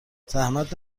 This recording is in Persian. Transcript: زحمت